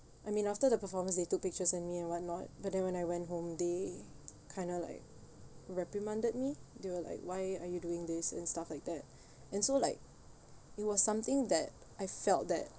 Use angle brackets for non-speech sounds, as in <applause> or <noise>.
I mean after the performance they took pictures and me and whatnot but then when I went home they kind of like reprimanded me they were like why are you doing this and stuff like that <breath> and so like it was something that I felt that